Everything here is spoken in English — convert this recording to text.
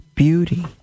Beauty